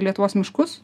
lietuvos miškus